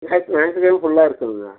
ஞாயிற்று ஞாயிற்றுக்கெழம ஃபுல்லாக இருக்குதுங்க